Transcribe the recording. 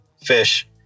fish